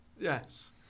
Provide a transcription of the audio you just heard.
Yes